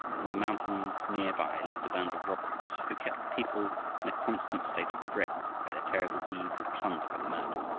in the mountains near by lived a band of robbers who kept the people in a constant state of dread by their terrible deeds of plunder and murder.